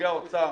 נציגת האוצר,